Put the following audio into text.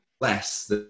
less